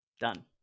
done